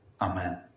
Amen